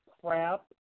crap